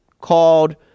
called